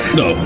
no